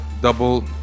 double